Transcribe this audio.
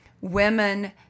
women